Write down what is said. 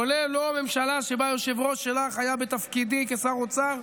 כולל לא הממשלה שבה היושב-ראש שלך היה בתפקידי כשר אוצר,